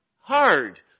Hard